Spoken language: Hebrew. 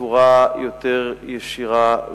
בצורה יותר ישירה,